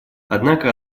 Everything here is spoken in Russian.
однако